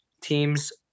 teams